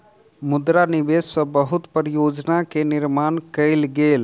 मुद्रा निवेश सॅ बहुत परियोजना के निर्माण कयल गेल